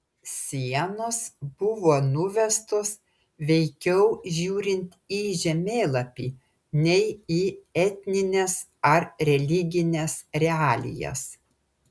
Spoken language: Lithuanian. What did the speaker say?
sienos buvo nuvestos veikiau žiūrint į žemėlapį nei į etnines ar religines realijas